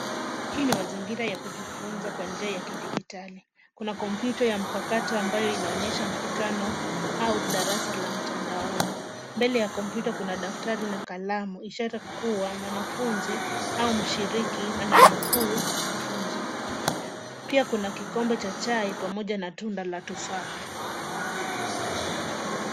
Hii ni mazingira ya kujifunza kwa njia ya kidijitali. Kuna kompyuta ya mpakato ambayo inaonyesha mkutano au darasa ya mtandaoni. Mbele ya kompyuta kuna daftari na kalamu, ishara kuwa mwanafunzi au mshiriki ananukuu mafunzo. Pia kuna kikombe cha chai pamoja na tunda la tufaha.